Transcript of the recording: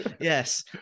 Yes